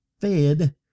fed